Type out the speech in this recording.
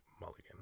Mulligan